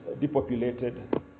depopulated